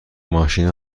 ماشین